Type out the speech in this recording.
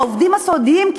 העובדים הסיעודיים,